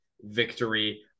victory